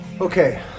okay